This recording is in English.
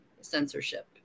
Censorship